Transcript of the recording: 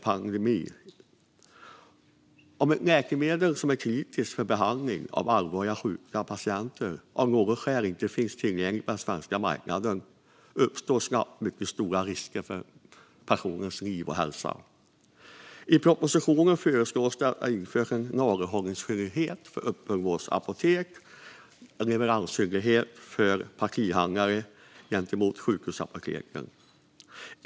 Om ett läkemedel som är kritiskt för behandling av allvarligt sjuka patienter av något skäl inte finns tillgängligt på den svenska marknaden uppstår snabbt mycket stora risker för personers liv och hälsa. I propositionen föreslås att det införs dels en lagerhållningsskyldighet för öppenvårdsapotek, dels en leveransskyldighet för partihandlare gentemot sjukhusapotek.